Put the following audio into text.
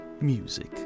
music